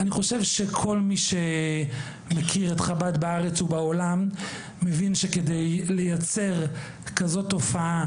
אני חושב שכל מי שמכיר את חב"ד בארץ ובעולם מבין שכדי לייצר תופעה כזאת,